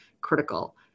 critical